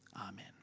Amen